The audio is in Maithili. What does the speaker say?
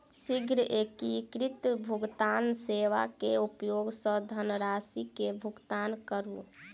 शीघ्र एकीकृत भुगतान सेवा के उपयोग सॅ धनरशि के भुगतान करू